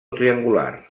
triangular